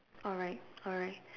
all right all right